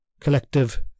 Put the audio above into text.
collective